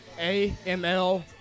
AML